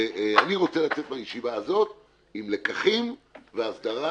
ואני רוצה לצאת מהישיבה הזאת עם לקחים והסדרה